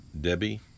Debbie